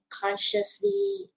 consciously